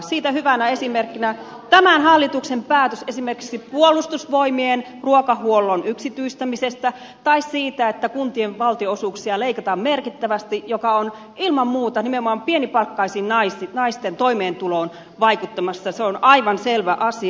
siitä hyvänä esimerkkinä on tämän hallituksen päätös esimerkiksi puolustusvoimien ruokahuollon yksityistämisestä tai siitä että kuntien valtionosuuksia leikataan merkittävästi mikä on ilman muuta nimenomaan pienipalkkaisten naisten toimeentuloon vaikuttamassa se on aivan selvä asia